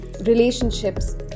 relationships